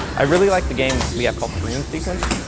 i really like the game we have called dream sequence.